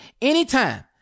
anytime